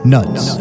Nuts